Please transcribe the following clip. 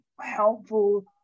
helpful